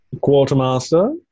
quartermaster